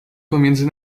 pomiędzy